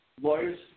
Lawyer's